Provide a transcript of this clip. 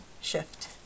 shift